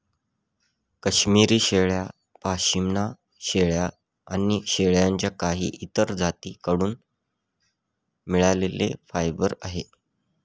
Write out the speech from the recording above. काश्मिरी शेळ्या, पश्मीना शेळ्या आणि शेळ्यांच्या काही इतर जाती कडून मिळालेले फायबर आहे